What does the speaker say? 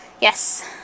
Yes